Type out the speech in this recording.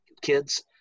kids